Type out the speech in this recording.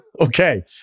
Okay